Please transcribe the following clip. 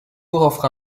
offre